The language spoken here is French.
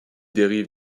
dérive